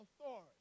authority